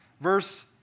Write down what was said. verse